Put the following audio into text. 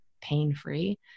pain-free